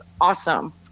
awesome